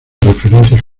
referencias